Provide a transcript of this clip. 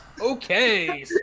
Okay